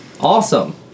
Awesome